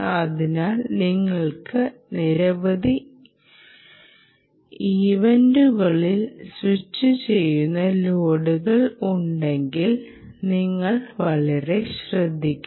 അതിനാൽ നിങ്ങൾക്ക് നിരവധി ഇവന്റുകളിൽ സ്വിച്ചുചെയ്യുന്ന ലോഡുകൾ ഉണ്ടെങ്കിൽ നിങ്ങൾ വളരെ ശ്രദ്ധിക്കണം